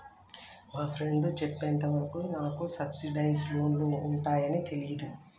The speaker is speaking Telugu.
మా ఫ్రెండు చెప్పేంత వరకు నాకు సబ్సిడైజ్డ్ లోన్లు ఉంటయ్యని తెలీదు